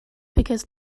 because